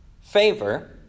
favor